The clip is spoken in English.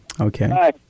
Okay